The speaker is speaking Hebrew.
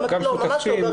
ממש לא.